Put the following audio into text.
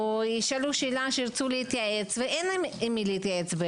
שישאלו שאלה שירצו להתייעץ ואין להם עם מי להתייעץ.